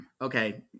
Okay